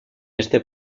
este